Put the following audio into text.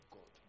God